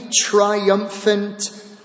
triumphant